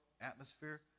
atmosphere